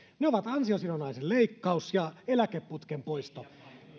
ne ovat ansiosidonnaisen leikkaus ja eläkeputken poisto